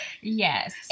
Yes